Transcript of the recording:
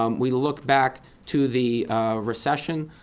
um we look back to the recession.